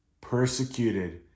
persecuted